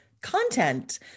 content